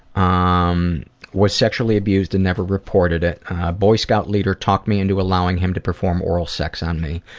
um was sexually abused and never reported it. a boy scout leader talked me into allowing him to perform oral sex on me.